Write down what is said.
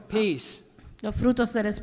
peace